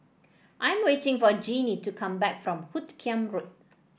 I am waiting for Jeannie to come back from Hoot Kiam Road